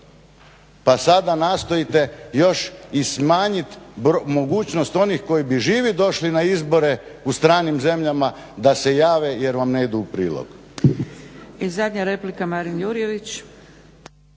pa sada nastojite još i smanjit mogućnost onih koji bi živi došli na izbore u stranim zemljama da se jave jer vam ne idu u prilog.